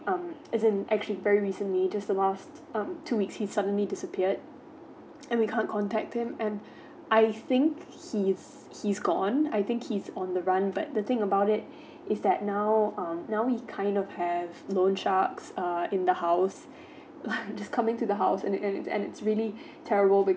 um as in actually very recently just last um two weeks he suddenly disappeared and we can't contact him and I think he's he's gone I think he's on the run but the thing about it is that now um now we kind of have loan sharks err in the house I'm just coming to the house and it it it's really terrible